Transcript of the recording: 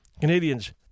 Canadians